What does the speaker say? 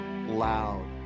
loud